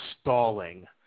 stalling